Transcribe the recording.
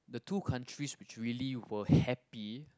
the two countries which really were happy